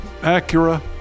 Acura